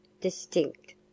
distinct